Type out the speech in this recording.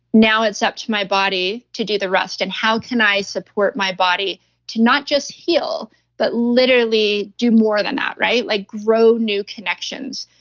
now it's up to my body to do the rest and how can i support my body to not just heal but literally do more than that, right? like grow new connections,